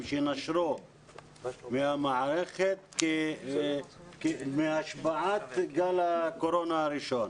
שנשרו מהמערכת בהשפעת גל הקורונה הראשון?